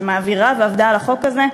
שמעבירה ועבדה על החוק הזה,